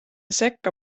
sekka